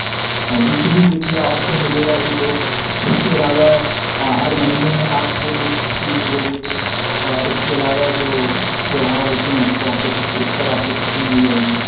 weekly دیکھیے off تو ملے گا ہی دو اس کے علاوہ ہر مہینے میں آپ کو ایک چھٹی ملے گی اس کے علاوہ جو تہوار ہوتے ہیں اس کو آپ کو چھوٹ اس پر آپ کو چھٹی مل جائے گی